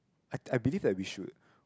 I I believe that we should